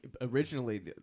originally